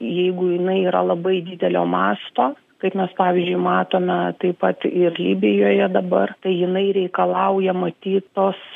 jeigu jinai yra labai didelio masto kaip mes pavyzdžiui matome taip pat ir libijoje dabar tai jinai reikalauja matyt tos